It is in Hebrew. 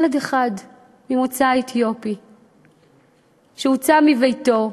ילד אחד ממוצא אתיופי שהוצא מביתו,